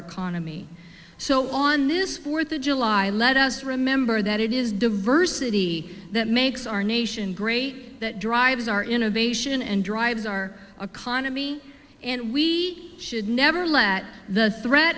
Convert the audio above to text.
economy so on this fourth of july let us remember that it is diversity that makes our nation great that drives our innovation and drives our economy and we should never let the threat